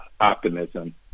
optimism